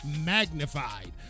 magnified